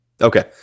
Okay